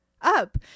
up